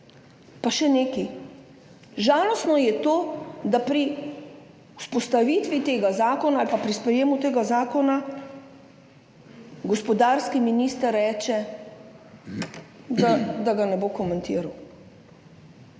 Pa še nekaj. Žalostno je to, da pri vzpostavitvi tega zakona ali pa pri sprejetju tega zakona gospodarski minister reče, da ga ne bo komentiral,